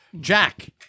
Jack